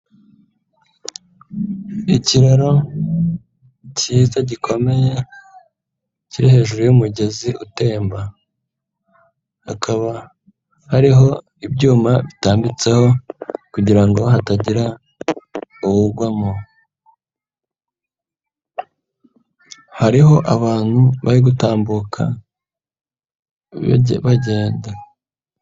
Ikiraro cyiza gikomeye kiri hejuru y'umugezi utemba, hakaba hariho ibyuma bitambitseho, hagira ugwamo. Hariho abantu bari gutambuka bajyenda.